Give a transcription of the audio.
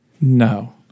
No